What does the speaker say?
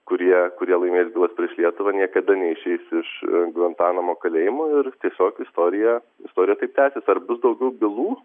kurie kurie laimės bylas prieš lietuvą niekada neišeis iš gvantanamo kalėjimo ir tiesiog istorija istorija taip tęsės ar bus daugiau bylų